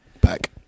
Back